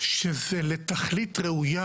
שזה תכלית ראויה.